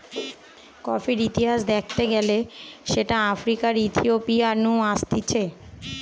কফির ইতিহাস দ্যাখতে গেলে সেটা আফ্রিকার ইথিওপিয়া নু আসতিছে